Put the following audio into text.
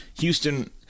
Houston